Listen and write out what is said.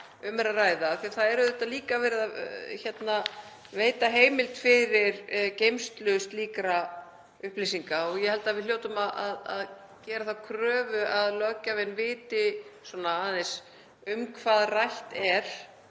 að það er auðvitað líka verið að veita heimild fyrir geymslu slíkra upplýsinga. Ég held að við hljótum að gera þá kröfu að löggjafinn viti aðeins um hvað rætt er